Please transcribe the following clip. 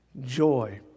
Joy